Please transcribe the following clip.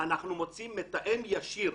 אנחנו מוצאים מתאם ישיר.